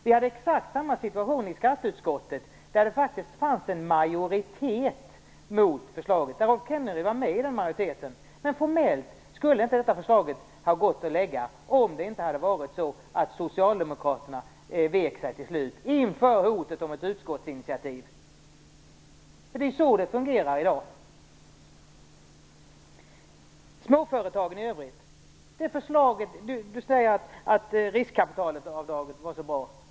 Vi hade exakt samma situation i skatteutskottet, där det faktiskt fanns en majoritet mot förslaget. Rolf Kenneryd var med i den majoriteten. Men formellt skulle inte det förslaget gått att lägga fram om det inte hade varit så att Socialdemokraterna till slut vek sig inför hotet om ett utskottsinitiativ. Det är så det fungerar i dag. Så till småföretagen i övrigt. Rolf Kenneryd säger att riskkapitalavdraget var så bra.